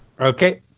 Okay